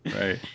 Right